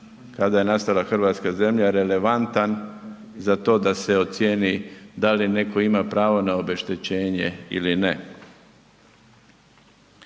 kad je nastala hrvatska zemlja relevantan za to da se ocijeni da li netko ima pravo na obeštećenje ili ne.